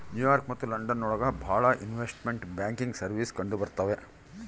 new York ಮತ್ತು London ಒಳಗ ಭಾಳ ಇನ್ವೆಸ್ಟ್ಮೆಂಟ್ ಬ್ಯಾಂಕಿಂಗ್ ಸರ್ವೀಸಸ್ ಕಂಡುಬರ್ತವೆ